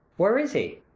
where is he?